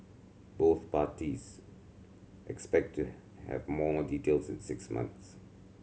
both parties expect to have more details in six months